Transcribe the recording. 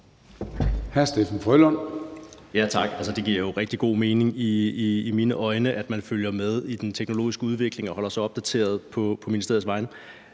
Altså, det giver jo rigtig god mening i mine øjne, at man følger med i den teknologiske udvikling og holder sig opdateret på ministeriets vegne.